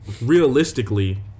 realistically